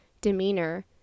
demeanor